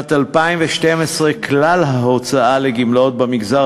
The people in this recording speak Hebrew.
2. בשנת 2012 כלל ההוצאה על גמלאות במגזר